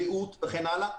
בריאות וכן הלאה.